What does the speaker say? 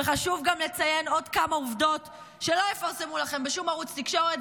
וחשוב גם לציין עוד כמה עובדות שלא יפרסמו לכם בשום ערוץ תקשורת,